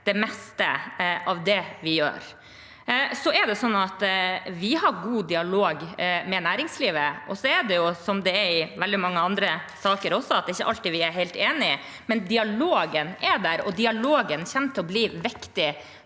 det meste av det vi gjør. Vi har god dialog med næringslivet, og så er vi – slik det er i veldig mange andre saker – ikke alltid helt enige, men dialogen er der, og dialogen kommer til å bli viktig